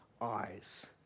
eyes